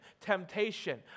temptation